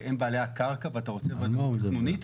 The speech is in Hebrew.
כי הם בעלי הקרקע ואתה רוצה ודאות תכנונית.